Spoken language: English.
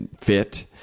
fit